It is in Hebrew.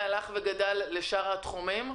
והלך וגדל לשאר התחומים.